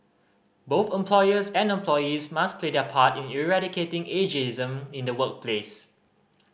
both employers and employees must play their part in eradicating ageism in the workplace